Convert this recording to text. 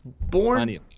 Born